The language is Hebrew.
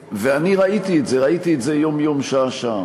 ואני ראיתי את זה, ראיתי את זה יום-יום, שעה-שעה.